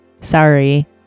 sorry